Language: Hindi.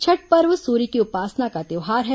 छठ पर्व सूर्य की उपासना का त्योहार है